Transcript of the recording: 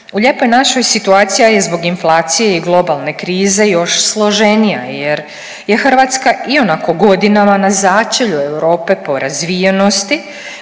u Lijepoj našoj situacija je zbog inflacije i globalne krize još složenija jer je Hrvatska ionako godinama na začelju Europe po razvijenosti,